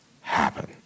happen